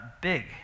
big